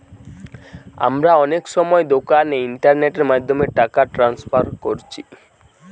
আমরা অনেক সময় দোকানে ইন্টারনেটের মাধ্যমে টাকা ট্রান্সফার কোরছি